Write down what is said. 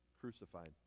crucified